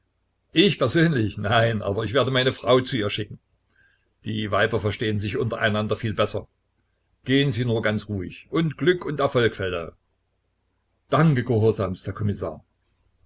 ich persönlich nein aber ich werde meine frau zu ihr schicken die weiber verstehen sich untereinander viel besser gehen sie nur ganz ruhig und glück und erfolg feldau danke gehorsamst herr kommissar